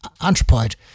anthropoid